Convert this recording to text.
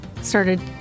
started